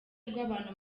rw’abantu